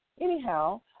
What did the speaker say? Anyhow